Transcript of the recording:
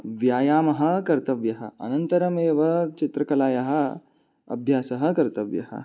व्यायामः कर्तव्यः अनन्तरमेव चित्रकलायाः अभ्यासः कर्तव्यः